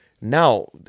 Now